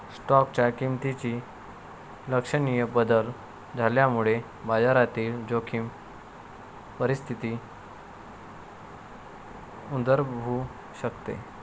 स्टॉकच्या किमतीत लक्षणीय बदल झाल्यामुळे बाजारातील जोखीम परिस्थिती उद्भवू शकते